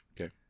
Okay